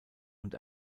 und